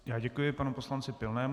Já děkuji panu poslanci Pilnému.